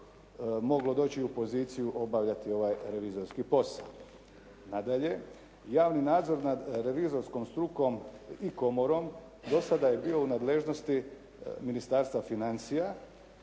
moglo doći u poziciju obavljati ovaj revizorski posao. Nadalje, javni nadzor nad revizorskom strukom i komorom do sada je bio u nadležnosti Ministarstva financija